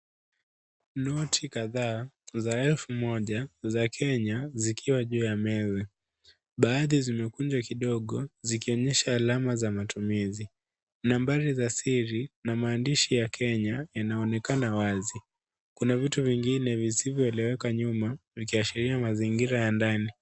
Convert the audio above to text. Noti kadhaa za elfu moja za Kenya zikiwa juu ya meza. Baadhi zimekunjwa kidogo zikionyesha alama za matumizi. Nambari za siri na maandishi ya Kenya yanaonekana wazi. Kuna vitu vingine visivyoeleweka nyuma vikiashiria mazingira ya ndani.